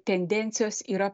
tendencijos yra